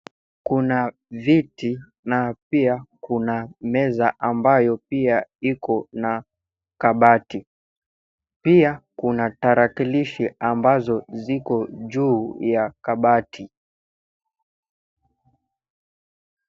Kuna viti na pia kuna meza ambayo pia, iko na kabati pia kuna tarakilishi ambazo ziko juu ya kabati.